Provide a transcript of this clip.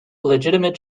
legitimate